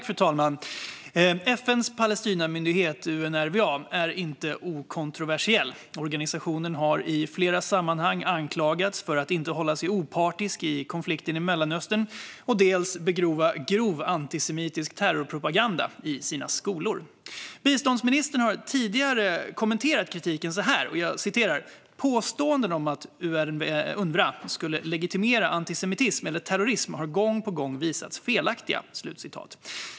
Fru talman! FN:s Palestinamyndighet Unrwa är inte okontroversiell. Organisationen har i flera sammanhang anklagats dels för att inte hålla sig opartisk i konflikten i Mellanöstern, dels för att bedriva grov antisemitisk terrorpropaganda i sina skolor. Biståndsministern har tidigare kommenterat kritiken så här: Påståenden om att Unrwa skulle legitimera antisemitism eller terrorism har gång på gång visats vara felaktiga.